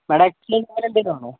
madam എന്തേലുമാണോ